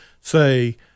say